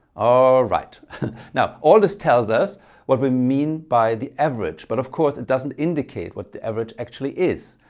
ah alright now all this tells us what we mean by the average but of course it doesn't indicate what the average actually is.